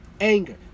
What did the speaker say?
anger